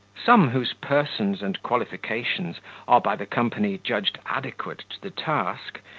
some whose persons and qualifications are by the company judged adequate to the task,